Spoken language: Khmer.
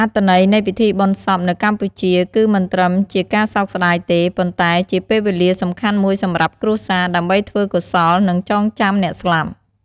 អត្ថន័យនៃពិធីបុណ្យសពនៅកម្ពុជាគឺមិនត្រឹមជាការសោកស្តាយទេ ប៉ុន្តែជាពេលវេលាសំខាន់មួយសម្រាប់គ្រួសារ ដើម្បីធ្វើកុសល និងចងចាំអ្នកស្លាប់។